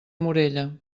morella